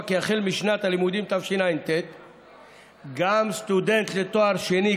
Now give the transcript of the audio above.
כי החל משנת הלימודים תשע"ט גם סטודנט לתואר שני,